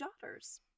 daughters